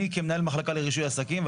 אני כמנהל מחלקה לרישוי עסקים,